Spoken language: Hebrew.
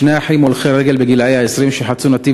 שני אחים הולכי רגל בגילי ה-20 שחצו נתיב